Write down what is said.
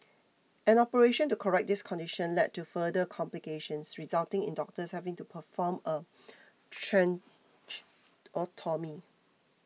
an operation to correct this condition led to further complications resulting in doctors having to perform a tracheotomy